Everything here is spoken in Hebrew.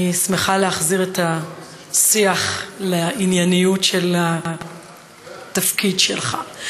אני שמחה להחזיר את השיח לענייניות של התפקיד שלך.